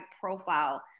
profile